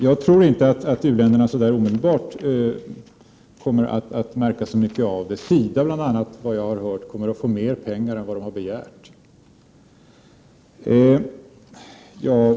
Jag tror inte att u-länderna så där omedelbart kommer att märka så mycket av det. Jag har bl.a. hört att SIDA kommer att få mer pengar än vad man har begärt.